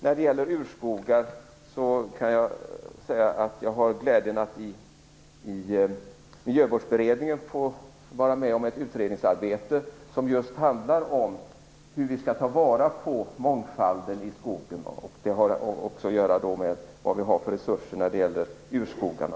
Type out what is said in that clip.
När det gäller urskogar har jag glädjen att i Miljövårdsberedningen vara med om ett utredningsarbete som handlar om just hur vi skall ta vara på mångfalden i skogen. Det har också att göra med vad vi har för resurser för urskogarna.